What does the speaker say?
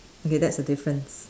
okay that's the difference